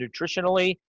nutritionally